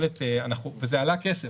וזה עלה כסף,